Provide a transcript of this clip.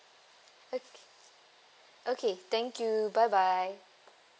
okay okay thank you bye bye